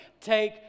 Take